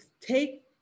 take